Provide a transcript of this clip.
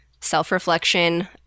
self-reflection